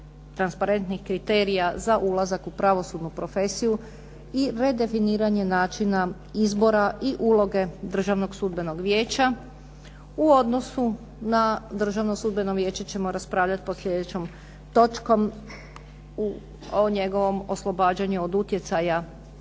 transparentnih kriterija za ulazak u pravosudnu profesiju i redefiniranje načina izbora i uloge Državnog sudbenog vijeća u odnosu na Državno sudbeno vijeće ćemo raspravljati pod sljedećom točkom o njegovom oslobađanju od utjecaja